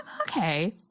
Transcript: okay